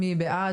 מי בעד?